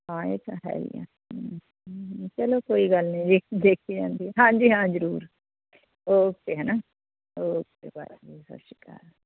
ਹਾਂ ਇਹ ਤਾਂ ਹੈ ਹੀ ਹੈ ਚਲੋ ਕੋਈ ਗੱਲ ਨਹੀਂ ਦੇ ਦੇਖੀ ਜਾਂਦੇ ਹਾਂਜੀ ਹਾਂ ਜ਼ਰੂਰ ਓਕੇ ਹੈ ਨਾ ਓਕੇ ਬਾਏ ਸਤਿ ਸ਼੍ਰੀ ਅਕਾਲ